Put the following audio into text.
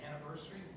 anniversary